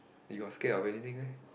you got scared of anything meh